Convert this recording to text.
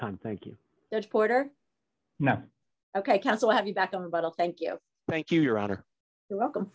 time thank you that's porter now ok counsel have you back on the bottle thank you thank you your honor welcome